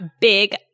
big